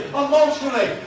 emotionally